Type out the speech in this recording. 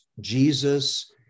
Jesus